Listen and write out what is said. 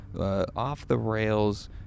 off-the-rails